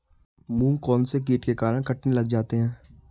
मूंग कौनसे कीट के कारण कटने लग जाते हैं?